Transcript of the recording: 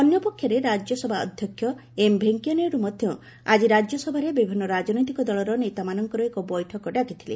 ଅନ୍ୟପକ୍ଷରେ ରାଜ୍ୟସଭା ଅଧ୍ୟକ୍ଷ ଏମ୍ ଭେଙ୍କୟାନାଇଡୁ ମଧ୍ୟ ଆଜି ରାଜ୍ୟସଭାରେ ବିଭିନ୍ନ ରାଜନୈତିକ ଦଳର ନେତାମାନଙ୍କର ଏକ ବୈଠକ ଡାକିଥିଲେ